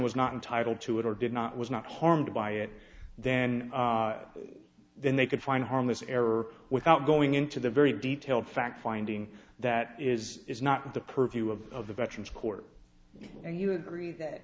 was not entitled to it or did not was not harmed by it then then they could find harmless error without going into the very detailed fact finding that is is not the purview of the veterans court and you agreed that